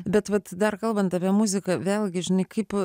bet vat dar kalbant apie muziką vėlgi žinai kaip